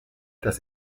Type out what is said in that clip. das